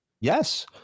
yes